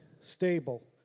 stable